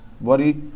worry